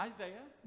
Isaiah